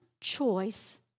choice